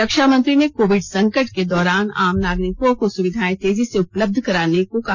रक्षा मंत्री ने कोर्विड संकट के दौरान आम नागरिकों को सुविधाएं तेजी से उपलब्ध कराने को कहा